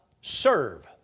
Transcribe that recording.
serve